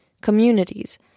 communities